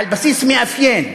על בסיס מאפיין.